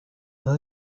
were